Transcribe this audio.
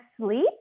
sleep